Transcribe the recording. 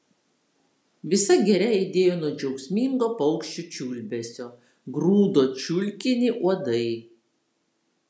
visa giria aidėjo nuo džiaugsmingo paukščių čiulbesio grūdo čiulkinį uodai